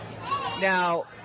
Now